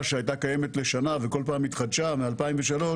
שהייתה קיימת לשנה וכל פעם התחדשה מ-2003,